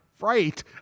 Right